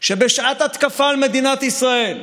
שבשעת התקפה על מדינת ישראל,